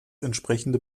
entsprechende